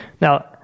Now